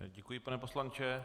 Děkuji, pane poslanče.